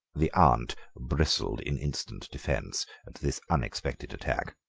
the aunt bristled in instant defence at this unexpected attack.